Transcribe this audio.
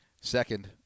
Second